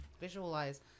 visualize